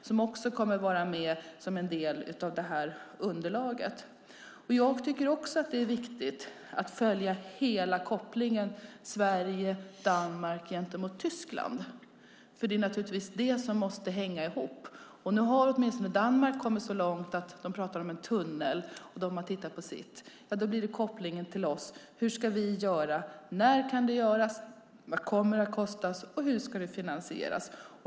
Även det kommer att vara med som en del av underlaget. Jag tycker att det är viktigt att följa kopplingen Sverige, Danmark, Tyskland, för det måste naturligtvis hänga ihop. Nu har åtminstone Danmark kommit så långt att de talar om en tunnel. Sedan blir kopplingen till oss. Hur ska vi göra? När kan det göras? Vad kommer det att kosta? Hur ska det finansieras?